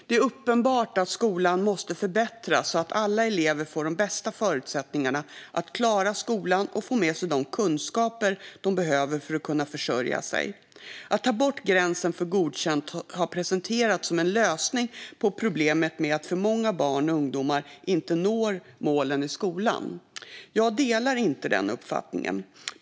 Det är uppenbart att skolan måste förbättras så att alla elever får de bästa förutsättningar att klara skolan och få med sig de kunskaper de behöver för att kunna försörja sig. Att ta bort gränsen för godkänt har presenterats som en lösning på problemet med att för många barn och ungdomar inte når målen i skolan. Jag delar inte den uppfattningen.